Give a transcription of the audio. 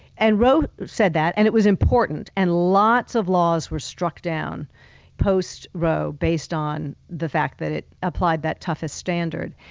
and roe said that, and it was important, and lots of laws were struck down post-roe based on the fact that it applied that toughest standard.